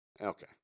Okay